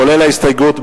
כולל ההסתייגות,